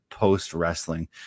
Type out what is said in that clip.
post-wrestling